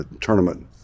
tournament